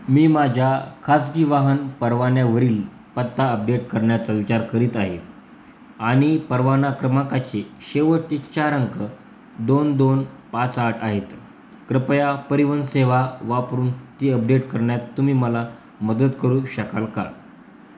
मी माझ्या खाजगी वाहन परवान्यावरील पत्ता अपडेट करण्याचा विचार करीत आहे आणि परवाना क्रमांकाचे शेवटचे चार अंक दोन दोन पाच आठ आहेत कृपया परिवहन सेवा वापरून ती अपडेट करण्यात तुम्ही मला मदत करू शकाल का